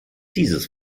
dieses